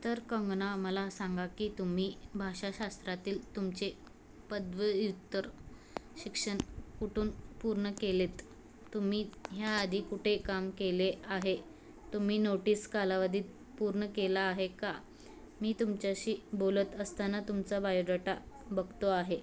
तर कंगना मला सांगा की तुम्ही भाषाशास्त्रातील तुमचे पदव्युत्तर शिक्षण कुठून पूर्ण केले आहेत तुम्ही ह्याआधी कुठे काम केले आहे तुम्ही नोटिस कालावधी पूर्ण केला आहे का मी तुमच्याशी बोलत असताना तुमचा बायोडाटा बघतो आहे